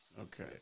Okay